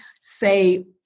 say